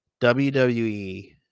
WWE